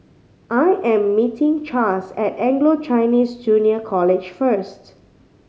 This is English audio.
I am meeting Chas at Anglo Chinese Junior College first